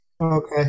okay